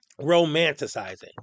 Romanticizing